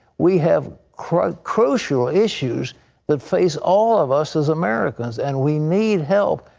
we have crucial crucial issues that face all of us as americans, and we need help.